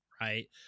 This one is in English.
right